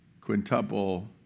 quintuple